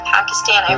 Pakistan